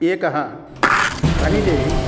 एकः रङ्गे